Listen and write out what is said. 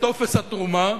את טופס התרומה